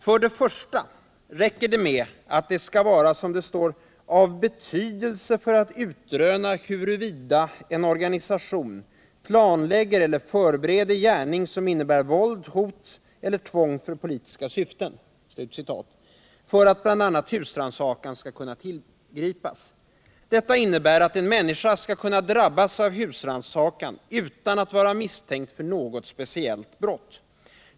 För det första räcker det med att det skall ”vara av betydelse för att utröna huruvida en organisation ——— planlägger eller förbereder gärning som innebär våld, hot eller tvång för politiska syften” för att bl.a. husrannsakan skall kunna tillgripas. Detta innebär att en människa kan utsättas för husrannsakan utan att vara misstänkt för något speciellt brott.